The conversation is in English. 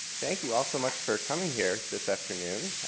thank you all so much for coming here this afternoon.